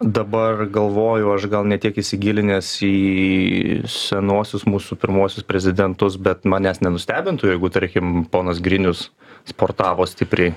dabar galvoju aš gal ne tiek įsigilinęs į senuosius mūsų pirmuosius prezidentus bet manęs nenustebintų jeigu tarkim ponas grinius sportavo stipriai